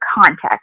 context